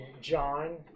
John